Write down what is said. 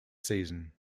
season